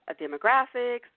demographics